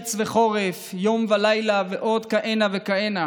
קיץ וחורף, יום ולילה ועוד כהנה וכהנה,